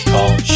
Call